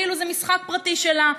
כאילו זה משחק פרטי שלה.